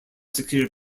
succeeded